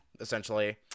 essentially